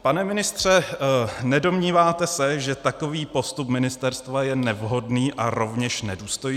Pane ministře, nedomníváte se, že takový postup ministerstva je nevhodný a rovněž nedůstojný?